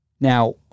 Now